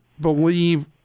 believe